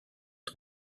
que